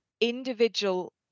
individual